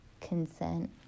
Consent